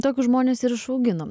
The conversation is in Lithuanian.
tokius žmones ir išauginom